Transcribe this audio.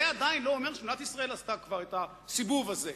זה עדיין לא אומר שמדינת ישראל עשתה כבר את הסיבוב הזה.